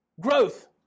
Growth